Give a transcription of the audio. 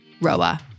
Roa